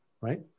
right